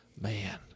Man